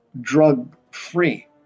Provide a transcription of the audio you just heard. drug-free